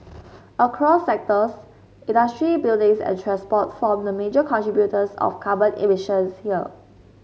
across sectors industry buildings and transport form the major contributors of carbon emissions here